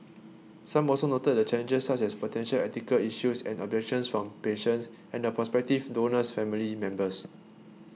some also noted the challenges such as potential ethical issues and objections from patients and the prospective donor's family members